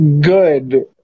good